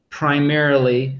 primarily